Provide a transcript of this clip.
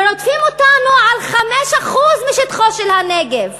ורודפים אותנו על 5% משטחו של הנגב,